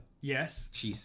yes